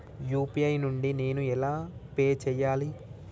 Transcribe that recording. UPI నుండి నేను ఎలా పే చెయ్యాలి?